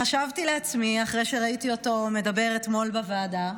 חשבתי לעצמי, אחרי שראיתי אותו מדבר אתמול בוועדה,